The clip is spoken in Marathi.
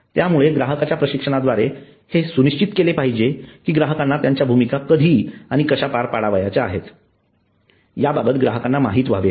म्हणून ग्राहकांच्या प्रशिक्षणाद्वारे हे सुनिश्चित केले पाहिजे की ग्राहकांना त्यांच्या भूमिका कधी आणि कशा पार पाडावयाच्या आहेत याबाबत ग्राहकांना माहित व्हावे